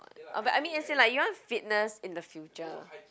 but I mean as in like you want fitness in the future